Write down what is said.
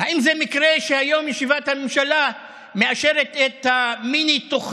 האם זה מקרה שהיום ישיבת הממשלה מאשרת את המיני-תוכנית